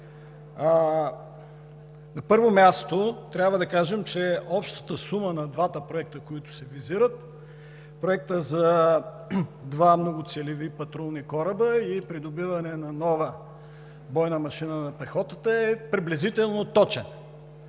На първо място, трябва да кажем, че общата сума на двата проекта, които се визират – Проектът за два многоцелеви патрулни кораба и Придобиване на нова бойна машина на пехотата, е приблизително точна,